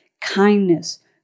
kindness